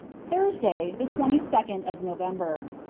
thursday, the twenty second of november.